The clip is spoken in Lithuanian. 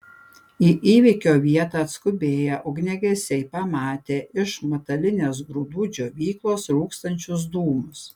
į įvykio vietą atskubėję ugniagesiai pamatė iš metalinės grūdų džiovyklos rūkstančius dūmus